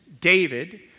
David